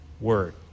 word